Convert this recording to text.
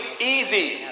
easy